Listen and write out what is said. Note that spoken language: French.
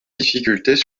difficultés